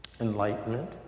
enlightenment